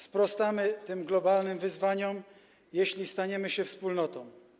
Sprostamy tym globalnym wyzwaniom, jeśli staniemy się wspólnotą.